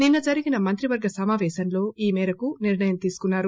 నిన్న జరిగిన మంత్రివర్గ సమాపేశంలో ఈ నిర్ణయం తీసుకున్నారు